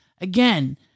again